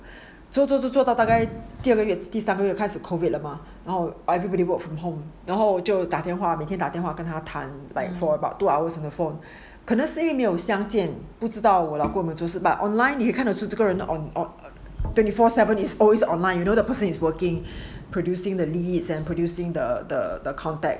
做做做做到开始 COVID 了吗然后 everybody work from home 然后就打电话每天打电话跟他谈 like 说 for about two hours on the phone 可能是因为没有相见不知道我老公有没有做事 but online 你可以看得出这个人 on on the twenty four seven is always online you know the person is working producing the leads and producting the the context um